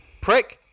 prick